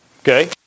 Okay